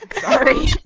Sorry